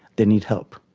they need help.